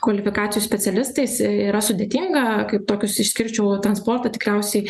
kvalifikacijos specialistais yra sudėtinga kaip tokius išskirčiau transportą tikriausiai